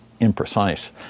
imprecise